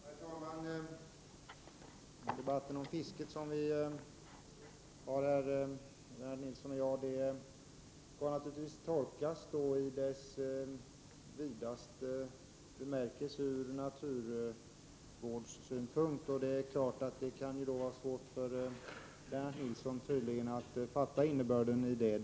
Herr talman! Den debatt om fisket som Lennart Nilsson och jag för skall naturligtvis tolkas i sin vidaste bemärkelse ur naturvårdssynpunkt. Det kan tydligen vara svårt för Lennart Nilsson att fatta hela innebörden av detta.